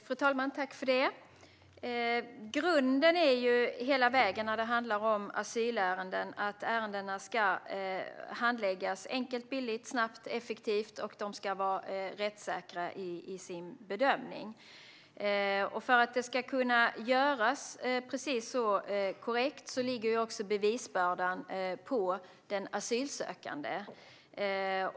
Fru talman! Grunden när det handlar om asylärenden är att ärendena ska handläggas enkelt, billigt, snabbt och effektivt och att bedömningen ska vara rättssäker. För att detta ska kunna göras korrekt ligger bevisbördan på den asylsökande.